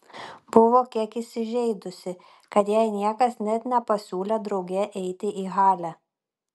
buvo kiek įsižeidusi kad jai niekas net nepasiūlė drauge eiti į halę